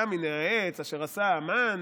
גם מן העץ אשר עשה המן,